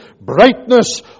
Brightness